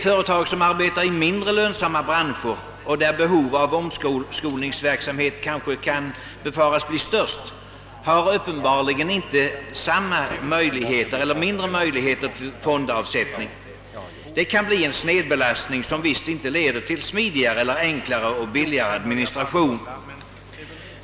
Företag, som arbetar inom mindre lönsamma branscher och som kan befaras ha det största behovet av omskolningsverksamhet, har uppenbarligen mindre möjligheter till fondavsättning. Det kan bli en snedbelastning som helt visst inte leder till en smidigare, enklare eller billigare admihistration.